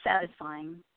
satisfying